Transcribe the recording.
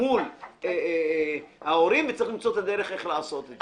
מול ההורים וצריך למצוא את הדרך איך לעשות את זה.